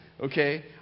okay